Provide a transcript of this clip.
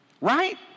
Right